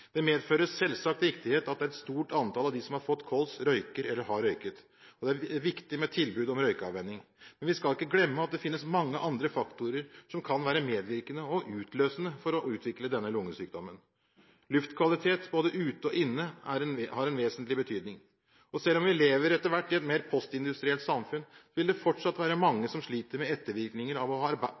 Det medfører selvsagt riktighet at et stort antall av dem som har fått kols, røyker eller har røkt. Og det er viktig med tilbud om røykeavvenning. Men vi skal ikke glemme at det finnes mange andre faktorer som kan være medvirkende og utløsende for å utvikle denne lungesykdommen. Luftkvalitet både ute og inne har en vesentlig betydning. Selv om vi etter hvert lever i et mer postindustrielt samfunn, vil det fortsatt være mange som sliter med ettervirkninger av å ha